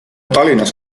tallinnas